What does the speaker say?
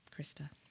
Krista